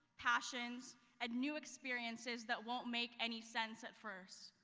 passions and new experience, is that won't make any sense at first.